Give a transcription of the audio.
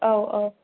औ औ